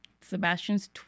Sebastian's